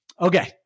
Okay